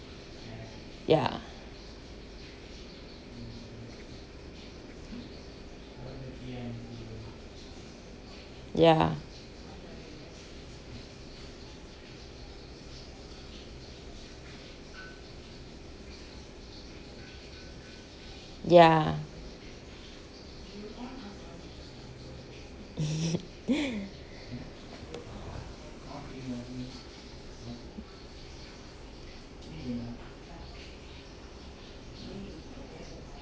ya yeah yeah